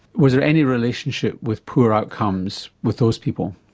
was there any relationship with poor outcomes with those people?